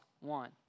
one